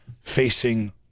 facing